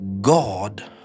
god